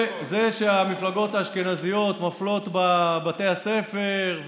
בזה שהמפלגות האשכנזיות מפלות בבתי הספר,